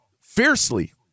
fiercely